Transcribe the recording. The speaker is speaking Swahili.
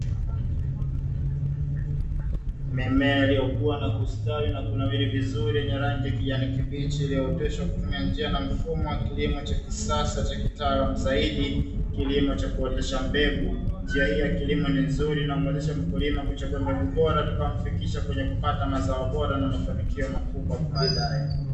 Mimea iliyokua na kustawi na kunawiri vizuri yenye rangi ya kijani kibichi, iliyooteshwa kwa kutumia njia na mfumo wa kilimo cha kisasa cha kitaalamu zaidi, kilimo cha kuotesha mbegu. Njia hii ya kilimo ni nzuri inamuwezesha mkulima kuchagua mbegu bora itakayomfikisha kwenye kupata mbegu bora na mafanikio makubwa hapo baadaye.